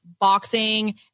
boxing